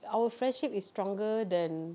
our friendship is stronger than